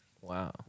Wow